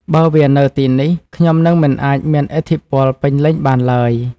បើវានៅទីនេះ ខ្ញុំនឹងមិនអាចមានឥទ្ធិពលពេញលេញបានឡើយ!